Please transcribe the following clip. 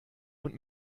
und